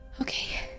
Okay